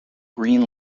green